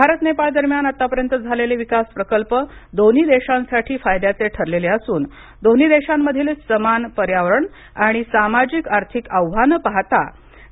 भारत नेपाळ दरम्यान आतापर्यंत झालेले विकास प्रकल्प दोन्ही देशांसाठी फायद्याचे ठरलेले असून दोन्ही देशांमधील समान पर्यावरण आणि सामाजिक आर्थिक आव्हाने पाहता